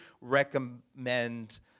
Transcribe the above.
recommend